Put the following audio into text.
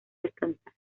descansar